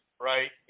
right